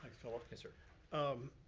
phillip. yes sir. um